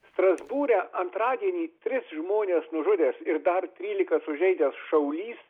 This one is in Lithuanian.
strasbūre antradienį tris žmones nužudęs ir dar trylika sužeidęs šaulys